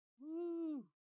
Woo